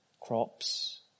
Crops